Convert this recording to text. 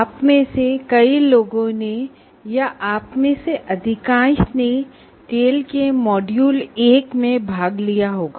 आप में से कई लोगों ने या आप में से अधिकांश ने टेल के मॉड्यूल 1 में भाग लिया होगा